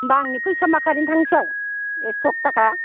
होमबा आंनि फैसा माखा ओरैनो थांसै एथ' थाखा